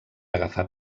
agafar